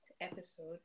episode